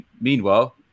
Meanwhile